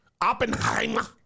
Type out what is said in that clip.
Oppenheimer